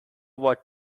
what